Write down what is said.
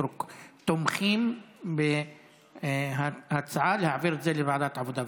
סטרוק תומכים בהצעה להעביר את זה לוועדת העבודה והרווחה.